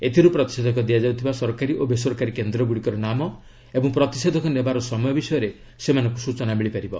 ଏଥିରୁ ପ୍ରତିଷେଧକ ଦିଆଯାଉଥିବା ସରକାରୀ ଓ ବେସରକାରୀ କେନ୍ଦ୍ର ଗୁଡ଼ିକର ନାମ ଏବଂ ପ୍ରତିଷେଧକ ନେବାର ସମୟ ବିଷୟରେ ସେମାନଙ୍କୁ ସୂଚନା ମିଳିପାରିବ